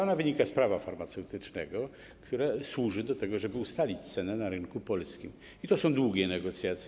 Ona wynika z Prawa farmaceutycznego, które służy do tego, żeby ustalić cenę na rynku polskim, i to są długie negocjacje.